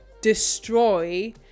destroy